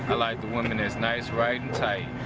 i like the women that's nice, right and tight.